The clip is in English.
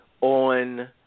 On